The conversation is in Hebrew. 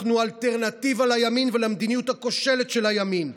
אנחנו אלטרנטיבה לימין ולמדיניות הכושלת של הימין.